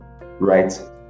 right